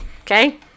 okay